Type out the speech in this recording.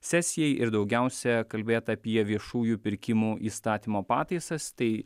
sesijai ir daugiausia kalbėta apie viešųjų pirkimų įstatymo pataisas tai